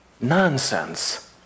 nonsense